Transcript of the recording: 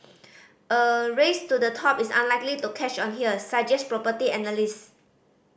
a race to the top is unlikely to catch on here suggest property analyst